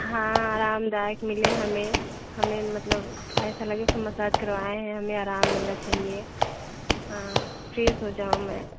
हाँ आरामदायक मिले हमें हमें मतलब ऐसा लगे कि हम मसाज करवाएँ हैं हमें आराम मिलना चाहिए हाँ फ्रेस हो जाऊँ मैं